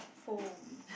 foam